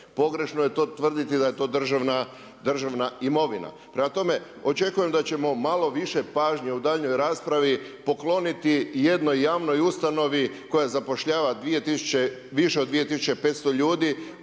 pogrešno je to tvrditi da je to državna imovina. Prema tome, očekujem da ćemo malo više pažnje u daljnjoj raspravi pokloniti jednoj javnoj ustanovi koja zapošljava više od 2500 ljudi